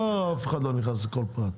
לא, אף אחד לא נכנס לכל פרט.